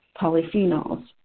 polyphenols